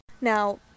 Now